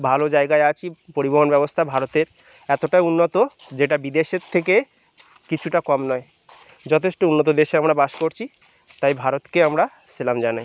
ভালো জায়গায় আছি পরিবহন ব্যবস্থা ভারতের এতোটা উন্নত যেটা বিদেশের থেকে কিছুটা কম নয় যথেষ্ট উন্নত দেশে আমরা বাস করছি তাই ভারতকে আমরা সেলাম জানাই